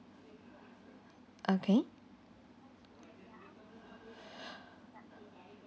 okay